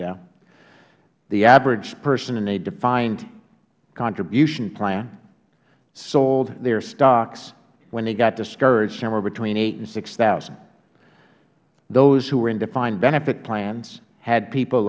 dow the average person in a defined contribution plan sold their stocks when they got discouraged somewhere between eight and six zero those who were in defined benefit plans had people